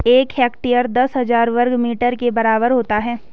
एक हेक्टेयर दस हजार वर्ग मीटर के बराबर होता है